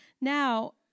Now